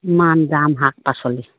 ইমান দাম শাক পাচলি